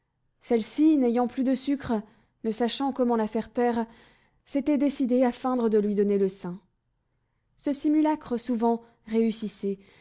celle-ci n'ayant plus de sucre ne sachant comment la faire taire s'était décidée à feindre de lui donner le sein ce simulacre souvent réussissait